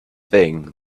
thing